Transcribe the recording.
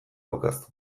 daukazu